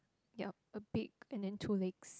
ya a bit and then two legs